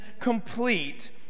complete